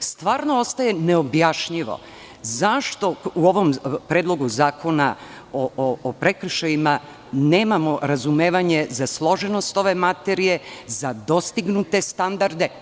Zaista ostaje neobjašnjivo zašto u ovom predlogu zakona o prekršajima nemamo razumevanje za složenost ove materije, za dostignute standarde.